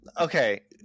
Okay